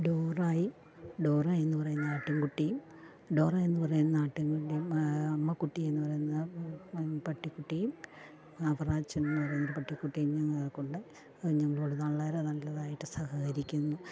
ഡോറയും ഡോറയെന്നു പറയുന്ന ആട്ടിൻ കുട്ടിയും ഡോറയെന്നു പറയുന്ന ആട്ടിൻ കുട്ടിയും അമ്മുക്കുട്ടിയെന്നു പറയുന്ന പട്ടി കുട്ടിയും അവറാച്ചനെന്ന് പറയുന്ന ഒരു പട്ടിക്കുട്ടിയും ഞങ്ങൾക്കുണ്ട് ഞങ്ങളോട് വളരെ നല്ലതായിട്റ്റു സഹകരിക്കുന്നു